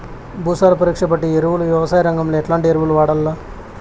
భూసార పరీక్ష బట్టి ఎరువులు వ్యవసాయంలో ఎట్లాంటి ఎరువులు వాడల్ల?